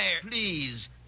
please